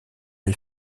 les